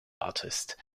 artist